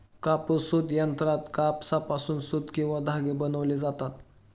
कापूस सूत यंत्रात कापसापासून सूत किंवा धागे बनविले जातात